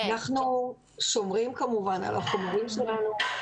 אנחנו שומרים כמובן על החומרים שלנו.